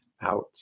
out